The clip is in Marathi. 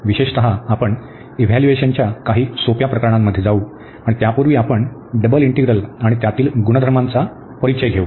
विशेषतः आपण इव्हाल्युएशनच्या काही सोप्या प्रकरणांमध्ये जाऊ आणि त्यापूर्वी आपण डबल इंटीग्रल आणि त्यातील गुणधर्मांचा परिचय घेऊ